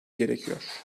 gerekiyor